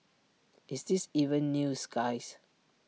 is this even news guys